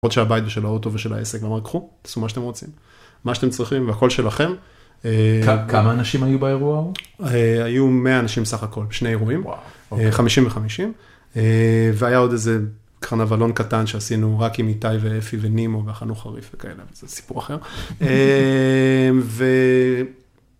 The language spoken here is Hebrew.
עוד של הבית של האוטו ושל העסק אמר קחו תעשו מה שאתם רוצים מה שאתם צריכים והכל שלכם. כמה אנשים היו באירוע ההוא? היו 100 אנשים סך הכל, שני אירועים, חמישים וחמישים והיה עוד איזה קרנבלון קטן שעשינו רק עם איתי ואפי ונימו ואכלנו חריף וכאלה סיפור אחר.